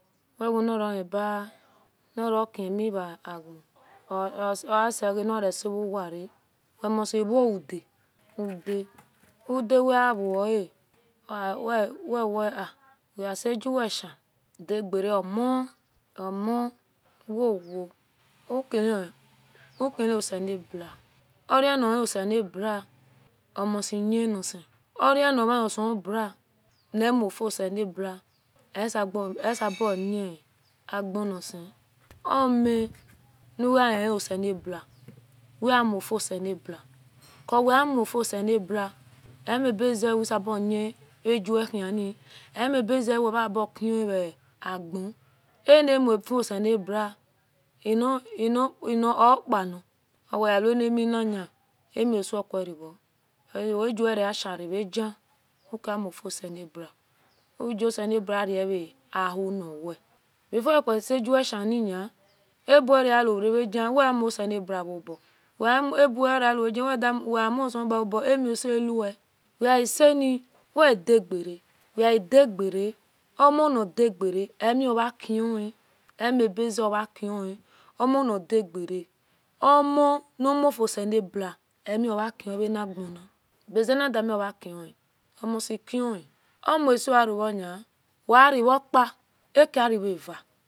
wewenire kimivaya oseyenihiresiuwara wemosti buoudia udia udua wewoa wewea weaseguweshn dagere omo omo wowo ukilloselebua oranilioselebua omobiyenase oranimanoselebua nmuoselebua esaboyagenosin omu-uweyoleoselebua wea mafioselebua uweamofioselebua amibezewesa boyaguwehini amibezewemasaiheazn anamofioselebua inipani owewe waniminana amisekurvo aguwereashire vag ukiamofioselebua ugoselebua areahuniwe before wecoaregeweshinina abuweaureuoge weuhosalebua uobo weamnuselebua oba amisoule weseni wedegere wedagere omondagere eniomahini enibazeomahini omanadare omo namohuselebua emiomahi anigena bage ndamiomagin omutehini omisorevo ni wearevoka akiareava